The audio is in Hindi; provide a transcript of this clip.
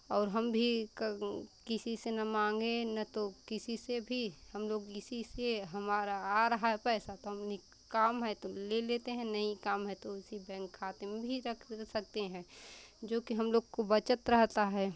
और हम भी क किसी से ना माँगे ना तो किसी से भी हम लोग किसी से हमारा आ रहा है पैसा तो हम नहीं काम है तो ले लेते हैं नहीं काम है तो उसी बैंक खाते में भी रख सकते है जोकि हम लोग की बचत रहती है